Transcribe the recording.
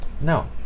no